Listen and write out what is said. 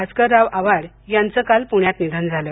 भास्करराव आव्हाड यांचं काल पुण्यात निधन झालं